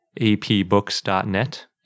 apbooks.net